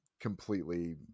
completely